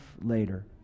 later